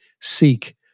seek